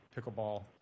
pickleball